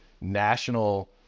national